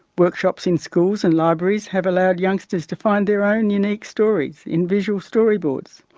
workshops in schools and libraries have allowed youngsters to find their own unique stories in visual story-boards,